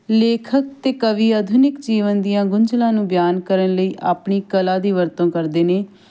ਲੇਖਕ ਅਤੇ ਕਵੀ ਆਧੁਨਿਕ ਜੀਵਨ ਦੀਆਂ ਗੁੰਝਲਾਂ ਨੂੰ ਬਿਆਨ ਕਰਨ ਲਈ ਆਪਣੀ ਕਲਾ ਦੀ ਵਰਤੋਂ ਕਰਦੇ ਨੇ